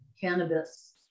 cannabis